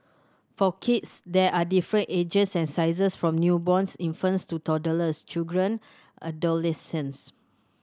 for kids there are different ages and sizes from newborns infants to toddlers children adolescents